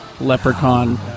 leprechaun